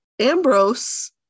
ambrose